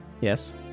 Yes